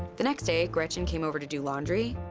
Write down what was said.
the next day, gretchen came over to do laundry,